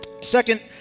second